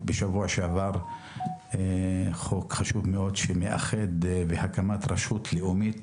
הצעת חוק חשובה מאוד להקמת רשות לאומית